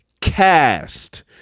cast